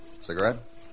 Cigarette